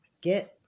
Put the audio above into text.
get